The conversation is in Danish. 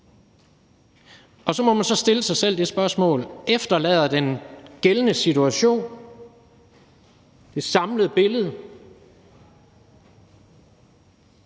Og så må man stille sig selv det spørgsmål: Efterlader den gældende situation, det samlede billede,